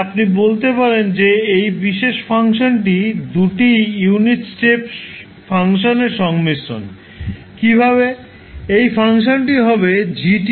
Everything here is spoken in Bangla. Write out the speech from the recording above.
আপনি বলতে পারেন যে এই বিশেষ ফাংশনটি দুটি ইউনিট স্টেপ ফাংশনের সংমিশ্রণ